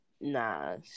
nah